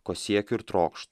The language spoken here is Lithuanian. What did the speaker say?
ko siekiu ir trokšt